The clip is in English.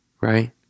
right